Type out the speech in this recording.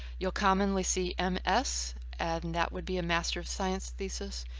you'll commonly see m. s. and that would be a master of science thesis.